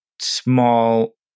small